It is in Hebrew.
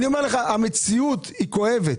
אני אומר לך, המציאות היא כואבת.